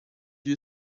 you